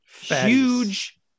huge